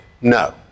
No